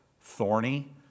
thorny